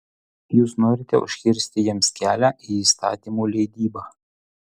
jūs norite užkirsti jiems kelią į įstatymų leidybą